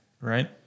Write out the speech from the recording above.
right